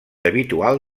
habitual